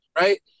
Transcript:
right